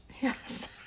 Yes